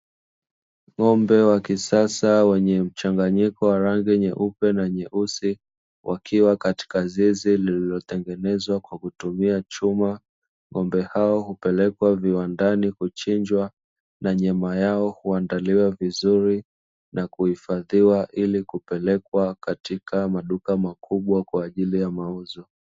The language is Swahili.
Ng'ombe wa kisasa wenye mchanganyiko wa rangi nyeupe na nyeusi, wakiwa katika zizi lililotengenezwa kwa kutumia chuma, ng'ombe hao hupelekwa viwandani kuchinjwa, na nyama yao huandaliwa vizuri na kuhifadhiwa, ili kupelekwa katika maduka makubwa kwa ajili ya mauzo.